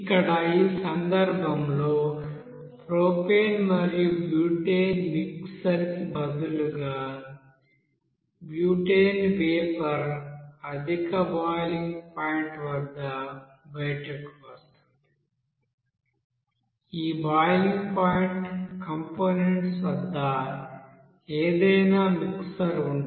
ఇక్కడ ఈ సందర్భంలో ప్రొపేన్ మరియు బ్యూటేన్ మిక్సర్ కి బదులుగా బ్యూటేన్ వేపర్ అధిక బాయిలింగ్ పాయింట్ వద్ద బయటకు వస్తుంది ఈ బాయిలింగ్ పాయింట్ కంపోనెంట్ వద్ద ఏదైనా మిక్సర్ ఉంటే